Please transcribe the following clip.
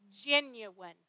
genuine